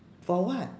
for what